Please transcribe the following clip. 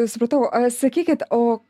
supratau sakykit o